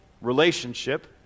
relationship